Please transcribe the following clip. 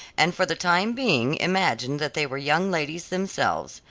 and for the time being imagined that they were young ladies themselves.